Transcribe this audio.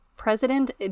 President